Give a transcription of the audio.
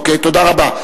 אוקיי, תודה רבה.